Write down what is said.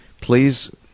Please